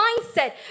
mindset